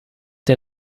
der